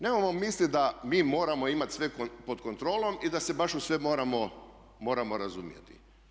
Nemojmo misliti da mi moramo imati sve pod kontrolom i da se baš u sve moramo razumjeti.